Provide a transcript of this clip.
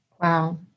Wow